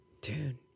Dude